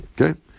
Okay